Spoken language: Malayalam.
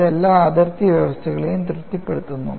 ഇത് എല്ലാ അതിർത്തി വ്യവസ്ഥകളെയും തൃപ്തിപ്പെടുത്തുന്നു